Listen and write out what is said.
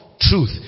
truth